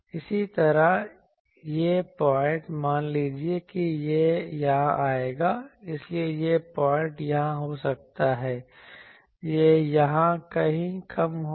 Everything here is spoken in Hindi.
इसी तरह यह पॉइंट मान लीजिए कि यह यहाँ आएगा इसलिए यह पॉइंट यहाँ हो सकता है यह यहाँ कहीं कम होगा